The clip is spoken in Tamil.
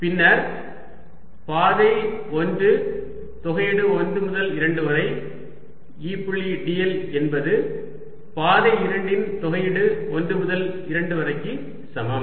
பின்னர் பாதை 1 தொகையீடு 1 முதல் 2 வரை E புள்ளி dl என்பது பாதை 2 இன் தொகையீடு 1 முதல் 2 வரைக்கு சமம்